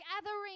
gathering